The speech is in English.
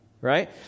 Right